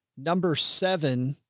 number seven.